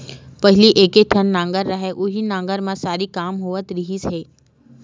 पहिली एके ठन नांगर रहय उहीं नांगर म सरी काम होवत रिहिस हे